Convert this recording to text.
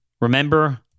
remember